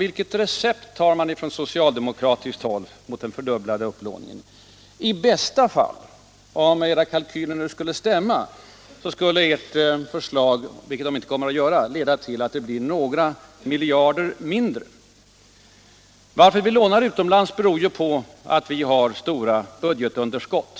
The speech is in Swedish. Vilket recept har man på socialdemokratiskt håll mot den s.k. fördubblade upplåningen? I bästa fall — om era kalkyler skulle stämma, vilket de inte kommer att göra — skulle ert förslag leda till att det blir några miljarder mindre. Att vi lånar utomlands beror på att vi har stora bytesbalansunderskott.